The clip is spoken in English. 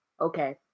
okay